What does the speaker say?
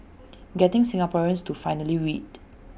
getting Singaporeans to finally read